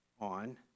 on